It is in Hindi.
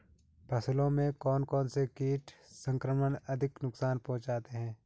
फसलों में कौन कौन से कीट संक्रमण अधिक नुकसान पहुंचाते हैं?